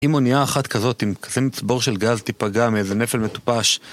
אם אונייה אחת כזאת עם כזה מצבור של גז תיפגע מאיזה נפל מטופש